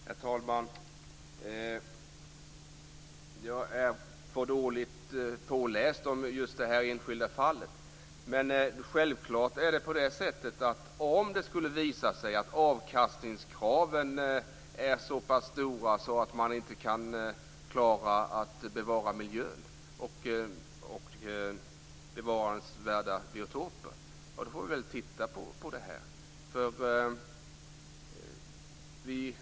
Herr talman! Jag är för dåligt påläst om just det här enskilda fallet. Men självklart är det så att om det skulle visa sig att avkastningskraven är så stora att man inte kan klara att bevara miljön och bevaransvärda biotoper får vi titta på detta.